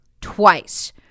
twice